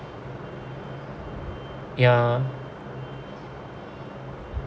ya